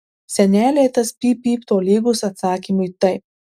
senelei tas pyp pyp tolygus atsakymui taip